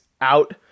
out